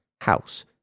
house